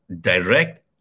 direct